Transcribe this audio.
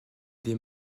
des